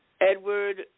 Edward